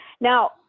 Now